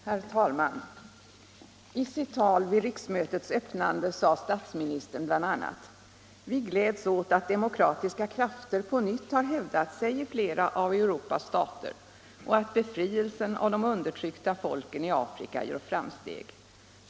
Herr talman! I sitt tal vid riksmötets öppnande sade statsministern bl.a.: ”Vi gläds åt att demokratiska krafter på nytt har hävdat sig i flera av Europas stater och att befrielsen av de undertryckta folken i Afrika gör framsteg.